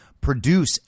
produce